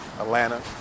Atlanta